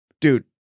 dude